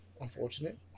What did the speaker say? Unfortunate